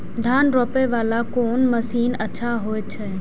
धान रोपे वाला कोन मशीन अच्छा होय छे?